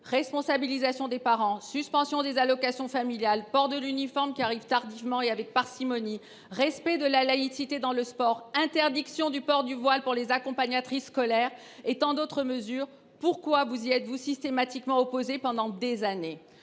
Responsabilisation des parents, suspension des allocations familiales, port de l’uniforme, qui arrive tardivement et avec parcimonie, respect de la laïcité dans le sport, interdiction du port du voile pour les accompagnatrices scolaires, et tant d’autres mesures : pourquoi le Gouvernement s’y est il systématiquement opposé pendant des années ?